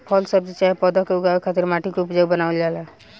फल सब्जी चाहे पौधा के उगावे खातिर माटी के उपजाऊ बनावल जाला